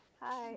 Hi